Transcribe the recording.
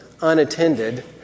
unattended